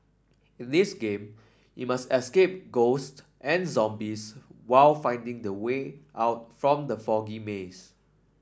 in this game you must ghosts and zombies while finding the way out from the foggy maze